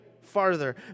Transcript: farther